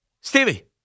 Stevie